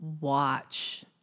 watch